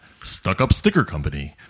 StuckUpStickerCompany